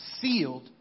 Sealed